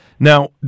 Now